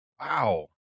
Wow